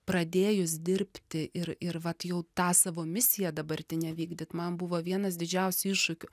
pradėjus dirbti ir ir vat jau tą savo misiją dabartinę vykdyt man buvo vienas didžiausių iššūkių